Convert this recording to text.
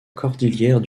cordillère